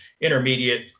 intermediate